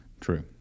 True